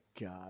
god